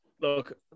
look